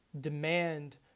demand